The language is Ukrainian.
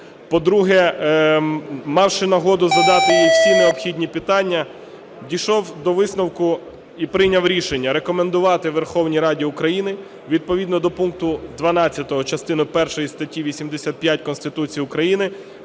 по-друге, мавши нагоду задати їй всі необхідні питання, дійшов до висновку і прийняв рішення рекомендувати Верховній Раді України відповідно пункту 12 частини першої статті 85 Конституції України